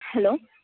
hello